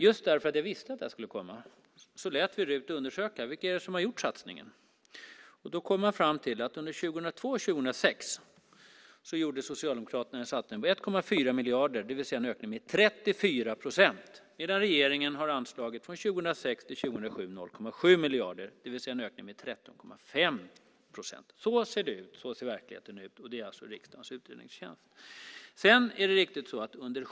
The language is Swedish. Just därför att jag visste att det här skulle komma lät vi RUT undersöka vilka det är som har gjort satsningen. Då kom man fram till att under 2002 och 2006 gjorde Socialdemokraterna en satsning på 1,4 miljarder, det vill säga en ökning med 34 procent, medan regeringen från 2006 till 2007 har anslagit 0,7 miljarder, det vill säga en ökning med 13,5 procent. Så ser verkligheten ut. Det är alltså riksdagens utredningstjänst som säger detta.